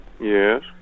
Yes